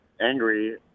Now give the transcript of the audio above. angry